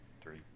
Three